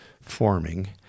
forming